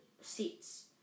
seats